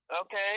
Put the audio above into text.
Okay